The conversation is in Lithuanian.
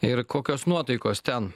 ir kokios nuotaikos ten